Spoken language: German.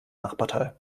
nachbartal